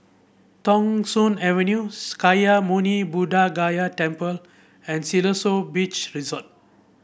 Thong Soon Avenue Sakya Muni Buddha Gaya Temple and Siloso Beach Resort